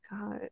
god